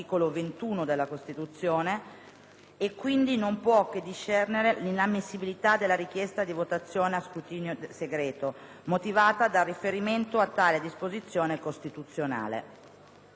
e quindi non può che discenderne l'inammissibilità della richiesta di votazione a scrutinio segreto motivata dal riferimento a tale disposizione costituzionale.